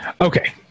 Okay